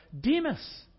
Demas